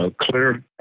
clear